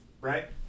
right